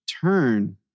turn